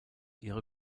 ihre